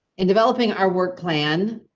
in developing our work plan,